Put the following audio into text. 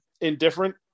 indifferent